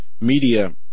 media